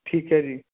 ਠੀਕ ਹੈ ਜੀ